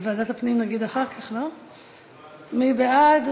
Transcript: מי בעד?